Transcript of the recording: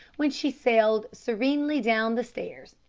when she sailed serenely down the stairs.